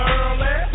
early